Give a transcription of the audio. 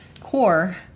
core